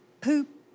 poop